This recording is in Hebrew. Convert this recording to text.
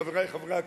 חברי חברי הכנסת,